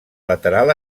lateral